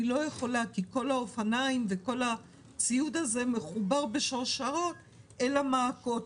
לא יכולה כי כל האופניים וכל הציוד הזה מחובר בשרשראות אל המעקות,